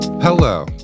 Hello